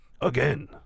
Again